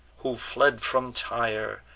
who fled from tyre,